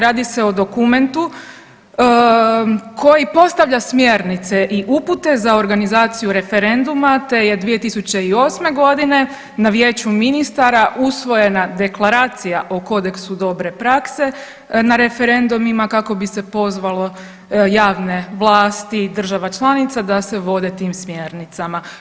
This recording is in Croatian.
Radi se o dokumentu koji postavlja smjernice i upute za organizaciju referenduma te je 2008. godine na vijeću ministara usvojena deklaracija o kodeksu dobre prakse na referendumima kako bi se pozvalo javne vlasti država članica da se vode tim smjernicama.